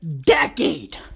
decade